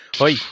Oi